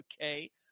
Okay